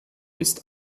ist